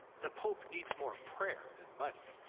the pope needs more prayer than money.